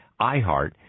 iHeart